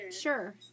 Sure